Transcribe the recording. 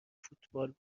فوتبال